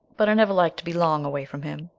but i never like to be long away from him.